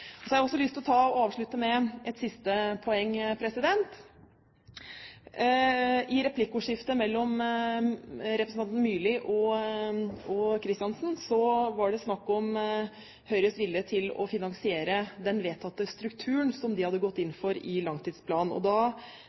Så har jeg lyst til å avslutte med et siste poeng. I replikkordskiftet mellom representantene Myrli og Kristiansen var det snakk om Høyres vilje til å finansiere den vedtatte strukturen som de hadde gått inn for i langtidsplanen. Da